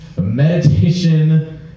meditation